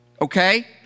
okay